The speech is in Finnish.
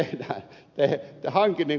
niin kuin ed